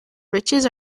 riches